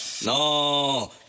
No